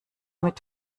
mit